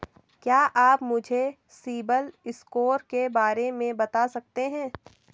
क्या आप मुझे सिबिल स्कोर के बारे में बता सकते हैं?